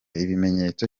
ibimenyetso